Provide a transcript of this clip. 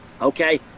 okay